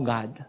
God